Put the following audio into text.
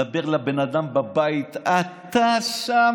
מדבר לבן אדם בבית: אתה שם,